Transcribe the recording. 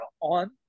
on